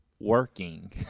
working